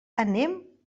anem